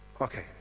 okay